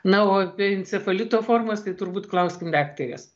na o apie encefalito formas tai turbūt klauskim daktarės